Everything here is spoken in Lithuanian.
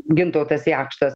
gintautas jakštas